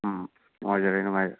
ꯎꯝ ꯅꯨꯡꯉꯥꯏꯖꯔꯦ ꯅꯨꯡꯉꯥꯏꯖꯔꯦ